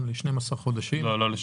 לא לשנה.